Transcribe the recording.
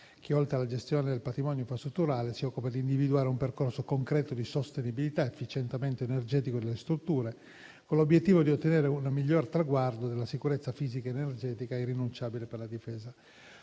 che, oltre alla gestione del patrimonio infrastrutturale, si occupa di individuare un percorso concreto di sostenibilità, efficientamento energetico delle strutture, con l'obiettivo di ottenere un miglior traguardo della sicurezza fisica ed energetica, irrinunciabile per la Difesa.